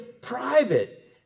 private